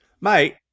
Mate